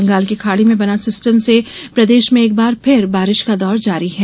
बंगाल की खाड़ी में बना सिस्टम से प्रदेश में एक बार फिर बारिश का दौर जारी है